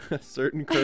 Certain